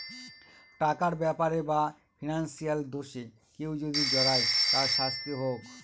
টাকার ব্যাপারে বা ফিনান্সিয়াল দোষে কেউ যদি জড়ায় তার শাস্তি হোক